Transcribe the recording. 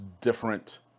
different